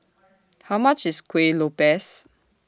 How much IS Kuih Lopes